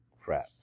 crap